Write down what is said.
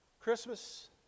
Christmas